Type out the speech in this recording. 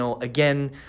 again